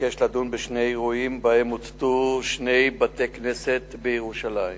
ביקש לדון בשני אירועים שבהם הוצתו שני בתי-כנסת בירושלים.